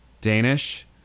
danish